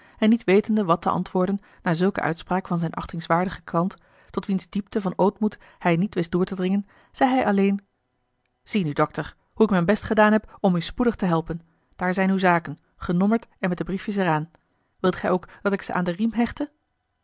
en niet wetende wat te antwoorden na zulke uitspraak van zijn achtingswaardige klant tot wiens diepte van ootmoed hij niet wist door te dringen zeî hij alleen zie nu dokter hoe ik mijn best gedaan heb om u spoedig te helpen daar zijn uwe zaken genommerd en met de briefjes er aan wilt gij ook dat ik ze aan den riem hechte